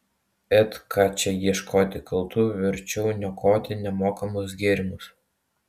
et ką čia ieškoti kaltų verčiau niokoti nemokamus gėrimus